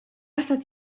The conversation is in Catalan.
estat